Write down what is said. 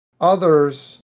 others